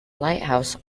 lighthouse